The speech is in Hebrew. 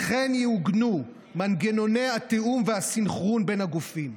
וכן יעוגנו מנגנוני התיאום והסנכרון בין הגופים,